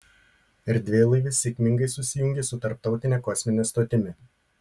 erdvėlaivis sėkmingai susijungė su tarptautine kosmine stotimi